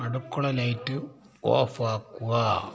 അടുക്കള light off ആക്കുക